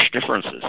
differences